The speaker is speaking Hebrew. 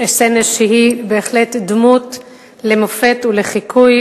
שהיא בהחלט דמות למופת ולחיקוי.